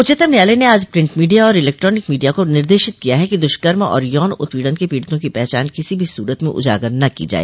उच्चतम न्यायालय ने आज प्रिंट मीडिया और इलेक्ट्रोनिक मीडिया को निर्देश दिया है कि दुष्कर्म और यौन उत्पीड़न के पीड़ितों की पहचान किसी भी सूरत में उजागर न की जाए